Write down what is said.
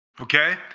Okay